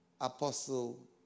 apostle